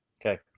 Okay